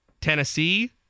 Tennessee